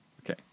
Okay